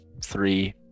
Three